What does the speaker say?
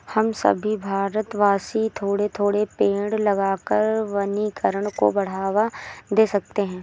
हम सभी भारतवासी थोड़े थोड़े पेड़ लगाकर वनीकरण को बढ़ावा दे सकते हैं